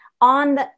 on